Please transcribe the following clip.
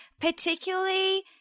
particularly